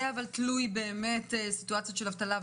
אבל זה תלוי במצב האבטלה,